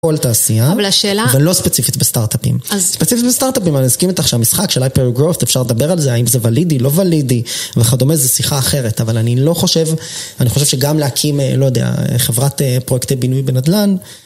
כל תעשייה, אבל לא ספציפית בסטארט-אפים. אז ספציפית בסטארט-אפים, אני אסכים איתך שהמשחק של היפרגרופט, אפשר לדבר על זה, האם זה ולידי, לא ולידי, וכדומה, זו שיחה אחרת. אבל אני לא חושב, אני חושב שגם להקים, לא יודע, חברת פרויקטי בינוי בנדל"ן.